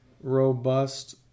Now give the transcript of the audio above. robust